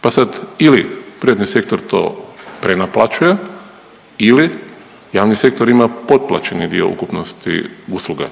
Pa sad ili privatni sektor to prenaplaćuje ili javni sektor ima potplaćeni dio ukupnosti usluga.